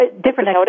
different